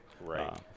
right